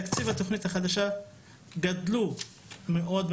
בתקציב התוכנית החדשה גדלו מאוד.